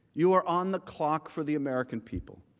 you are on the clock for the american people.